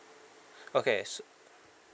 okay so